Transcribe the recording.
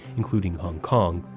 including hong kong.